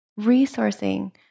Resourcing